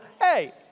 hey